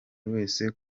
wese